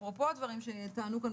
אפרופו הדברים שטענו כאן,